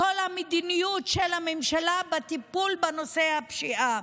כל המדיניות של הממשלה בטיפול בנושא הפשיעה.